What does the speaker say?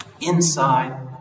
inside